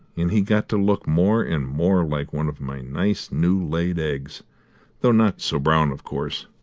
and he got to look more and more like one of my nice new-laid eggs though not so brown of course,